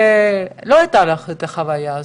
ולא הייתה לך את החוויה הזאת.